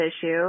issue